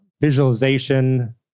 visualization